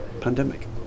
pandemic